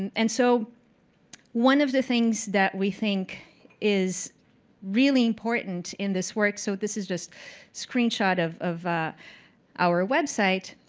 and so one of the things that we think is really important in this work, so this is just a screen shot of of our website,